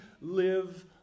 live